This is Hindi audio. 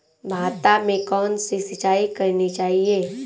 भाता में कौन सी सिंचाई करनी चाहिये?